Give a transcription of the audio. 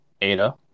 ADA